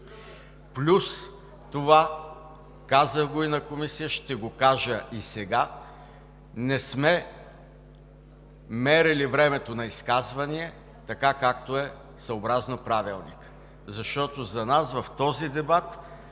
Плюс това, казах го и в Комисията, ще го кажа и сега, не сме мерили времето на изказвания, както е съобразно Правилника, защото за нас в този дебат